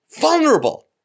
Vulnerable